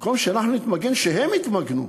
במקום שאנחנו נתמגן, שהם יתמגנו.